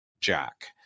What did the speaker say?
jack